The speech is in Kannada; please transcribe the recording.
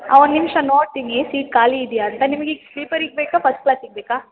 ಹಾಂ ಒಂದು ನಿಮಿಷ ನೋಡ್ತೀನಿ ಸೀಟ್ ಖಾಲಿ ಇದೆಯಾ ಅಂತ ನಿಮ್ಗೆ ಈಗ ಸ್ಲೀಪರಿಗೆ ಬೇಕಾ ಫಸ್ಟ್ ಕ್ಲಾಸಿಗೆ ಬೇಕಾ